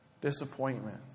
disappointment